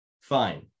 Fine